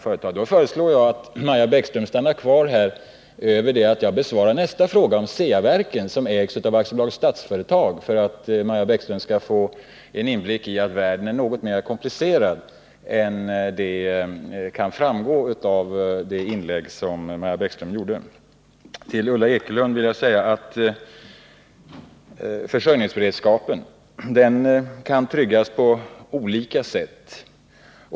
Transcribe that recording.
Jag föreslår att Maja Bäckström stannar kvar tills jag besvarar nästa fråga, om Ceaverken som ägs av AB Statsföretag, för att Maja Bäckström skall få klart för sig att världen är något mera komplicerad än vad som kan framgå av det inlägg som hon gjorde. Till Ulla Ekelund vill jag säga att försörjningsberedskapen kan tryggas på olika sätt.